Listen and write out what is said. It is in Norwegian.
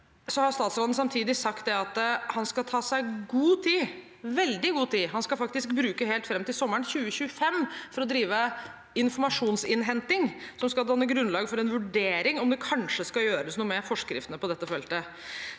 Statsråden har samtidig sagt at han skal ta seg god tid – veldig god tid. Han skal faktisk bruke tiden helt fram til sommeren 2025 for å drive informasjonsinnhenting som skal danne grunnlag for en vurdering av om det kanskje skal gjøres noe med forskriftene på dette feltet.